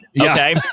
okay